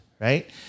right